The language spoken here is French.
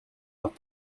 leurs